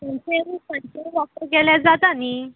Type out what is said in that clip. सांचें सांचें वॉकाक गेल्यार जाता न्ही